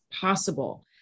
possible